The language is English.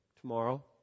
tomorrow